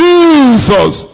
Jesus